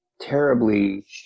terribly